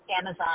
Amazon